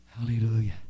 Hallelujah